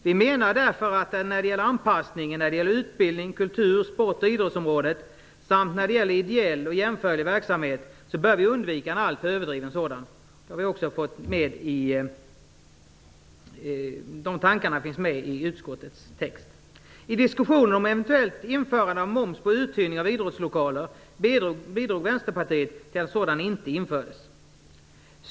Vi menar därför när det gäller utbildnings-, kultur-, sport och idrottsområdet samt när det gäller ideell och jämförlig verksamhet att vi bör undvika en alltför överdriven anpassning. De tankarna finns med i utskottstexten. I diskussionen om ett eventuellt införande av moms på uthyrning av idrottslokaler bidrog Vänsterpartiet till att en sådan inte infördes.